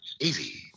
easy